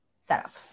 setup